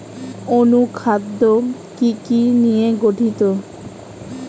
অনুখাদ্য কি কি নিয়ে গঠিত?